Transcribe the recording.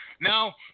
Now